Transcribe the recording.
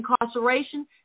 incarceration